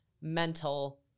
mental